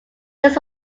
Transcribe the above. this